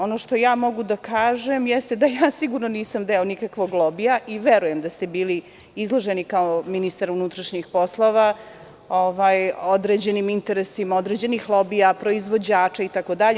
Ono što ja mogu da kažem jeste da ja nisam sigurno deo nikakvog lobija i verujem da ste bili izloženi, kao ministar unutrašnjih poslova, određenim interesima određenih lobija proizvođača itd.